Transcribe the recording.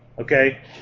Okay